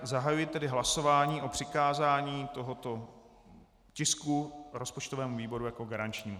Zahajuji hlasování o přikázání tohoto tisku rozpočtovému výboru jako garančnímu.